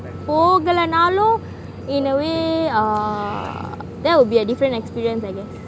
போகலனாலும்:pogalanaalum in a way uh that will be a different experience I guess